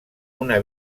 una